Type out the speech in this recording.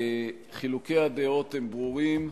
חילוקי הדעות הם ברורים,